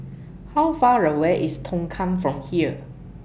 How Far away IS Tongkang from here